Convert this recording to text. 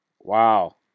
Wow